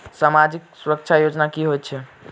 सामाजिक सुरक्षा योजना की होइत छैक?